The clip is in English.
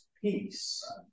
peace